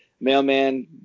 mailman